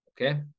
Okay